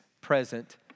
present